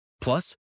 Plus